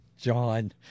John